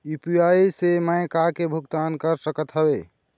UPI से मैं का का के भुगतान कर सकत हावे?